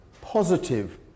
positive